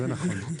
זה נכון.